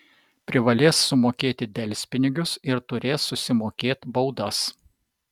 privalės sumokėti delspinigius ir turės susimokėt baudas